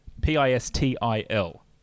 P-I-S-T-I-L